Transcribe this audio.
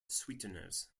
sweeteners